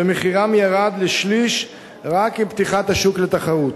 ומחירם ירד לשליש רק עם פתיחת השוק לתחרות.